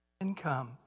income